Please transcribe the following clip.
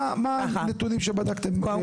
מה, מה הנתונים שבדקתם?